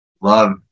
love